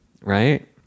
right